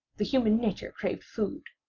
the human nature craved food.